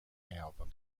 album